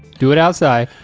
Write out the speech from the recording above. do it outside.